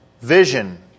vision